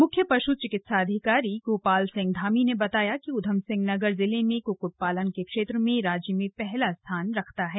मुख्य पश् चिकित्सा अधिकारी गोपाल सिंह धामी ने बताया कि ऊधमसिंह नगर जिले में क्क्ट पालन के क्षेत्र में राज्य में पहला स्थान रखता है